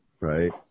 right